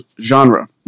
genre